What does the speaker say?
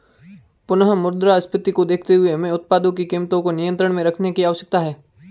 पुनः मुद्रास्फीति को देखते हुए हमें उत्पादों की कीमतों को नियंत्रण में रखने की आवश्यकता है